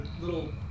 little